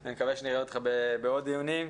אני מקווה שנראה אותך בעוד דיונים.